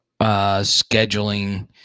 scheduling